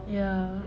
ya